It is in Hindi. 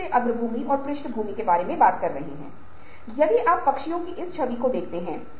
लेकिन सभी बुद्धि परीक्षण यदि आप बिनेट से अब तक देखते हैं